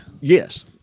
Yes